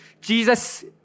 Jesus